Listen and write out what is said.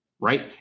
Right